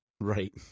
Right